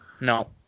No